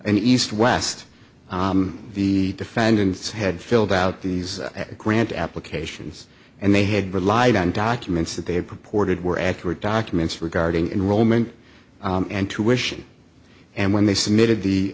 in east west the defendants had filled out these grant applications and they had relied on documents that they had purported were accurate documents regarding enrollment and tuition and when they submitted